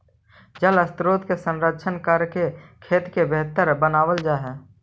जलस्रोत के संरक्षण करके खेत के बेहतर बनावल जा हई